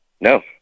No